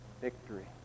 victory